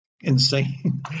insane